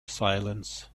silence